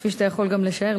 כפי שאתה יכול גם לשער,